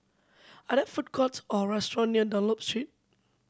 are there food courts or restaurant near Dunlop Street